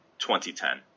2010